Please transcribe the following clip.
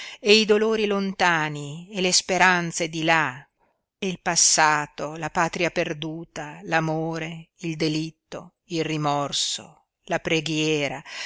e i dolori lontani e le speranze di là e il passato la patria perduta l'amore il delitto il rimorso la preghiera